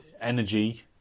energy